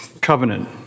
covenant